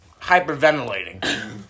hyperventilating